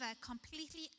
completely